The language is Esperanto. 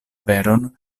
veron